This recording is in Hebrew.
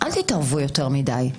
אל תתערבו יותר מידי.